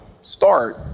start